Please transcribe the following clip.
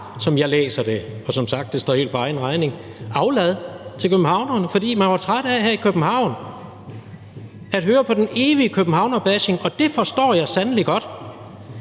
som jeg læser det, og det står som sagt helt for egen regning, var det aflad til københavnerne, fordi man var træt af her i København at høre på den evige københavnerbashing, og det forstår jeg sandelig godt.